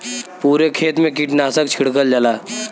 पुरे खेत मे कीटनाशक छिड़कल जाला